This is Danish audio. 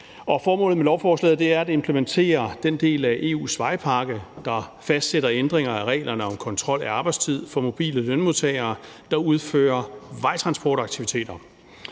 Formålet med lovforslaget er at implementere den del af EU's vejpakke, der fastsætter ændringer af reglerne om kontrol af arbejdstid for mobile lønmodtagere, der udfører vejtransportaktiviteter,